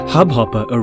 Hubhopper